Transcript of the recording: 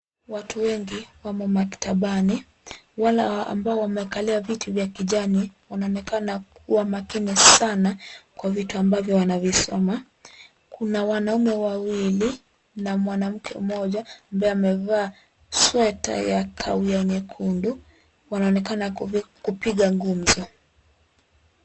Watu wengi wamo maktabani, wale ambao wamekalia viti vya kijani wanaonekana kua makini sana kwa vitu ambavyo wanavisoma. Kuna wanaume wawili na mwanamke mmoja ambaye amevaa sweta ya kahawia nyekundu wanaonekana kupiga gumzo.